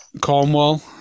Cornwall